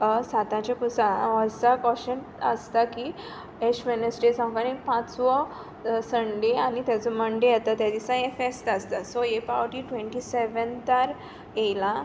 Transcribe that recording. साताच्या पुरसाक वोसाक ओशें आसता की एश वेनसडे जावन पांचवो संडे आनी तेजो मंडे येता त्या दिसा हें फेस्त आसता सो हे पावटी टेंव्टी सेवेंतार येयलां